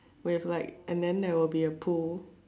with like and then there will be a pool